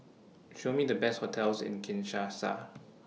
Show Me The Best hotels in Kinshasa